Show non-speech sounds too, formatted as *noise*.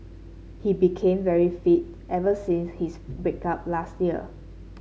he became very fit ever since his *unintelligible* break up last year